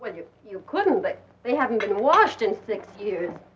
when you you couldn't they haven't been washed in six years